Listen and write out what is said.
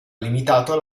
limitato